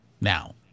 now